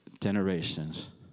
generations